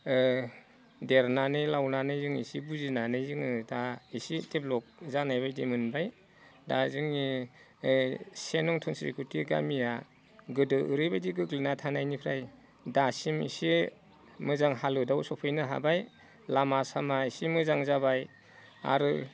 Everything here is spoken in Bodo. देरनानै लावनानै जों एसे बुजिनानै जोङो दा एसे डेभेलप जानायबायदि मोनबाय दा जोङो ओइ से नं धोनस्रि गामिया गोदो ओरैबायदि गोग्लैना थानायनिफ्राय दासिम एसे मोजां हालोदाव सफैनो हाबाय लामा सामा एसे मोजां जाबाय आरो